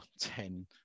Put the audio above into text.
ten